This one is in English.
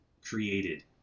created